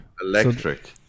Electric